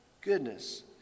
goodness